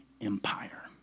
Empire